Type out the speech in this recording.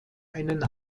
einen